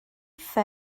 wrtha